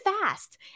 fast